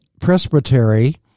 Presbytery